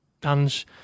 Dan's